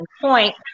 point